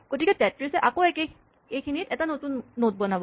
গতিকে ৩৩ য়ে আকৌ এইখিনিত এটা নতুন নড বনাব